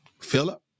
philip